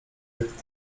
jak